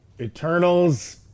Eternals